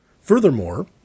Furthermore